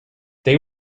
they